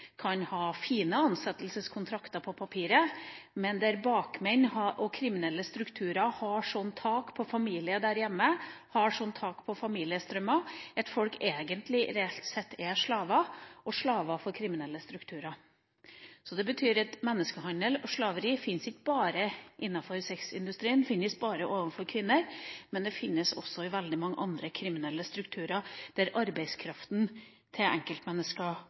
kan ha fine ansettelseskontrakter på papiret, men der bakmenn og kriminelle strukturer har sånt tak på familien der hjemme, har sånt tak på familiestrømmer, at folk egentlig reelt sett er slaver, og slaver for kriminelle strukturer. Det betyr at menneskehandel og slaveri finnes ikke bare innenfor sexindustrien og bare overfor kvinner. Det finnes også i veldig mange andre kriminelle strukturer der